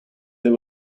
they